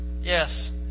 yes